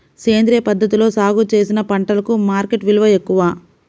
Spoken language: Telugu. సేంద్రియ పద్ధతిలో సాగు చేసిన పంటలకు మార్కెట్ విలువ ఎక్కువ